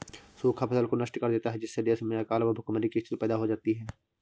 सूखा फसल को नष्ट कर देता है जिससे देश में अकाल व भूखमरी की स्थिति पैदा हो जाती है